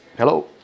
Hello